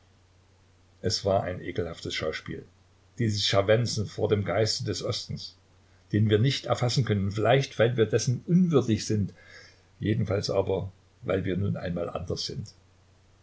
es war ein ekelhaftes schauspiel dieses scharwenzen vor dem geiste des ostens den wir nicht erfassen können vielleicht weil wir dessen unwürdig sind jedenfalls aber weil wir nun einmal anders sind